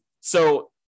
so-